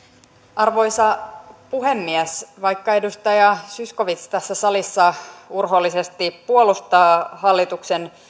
arvoisa puhemies vaikka edustaja zyskowicz tässä salissa urhoollisesti puolustaa hallituksen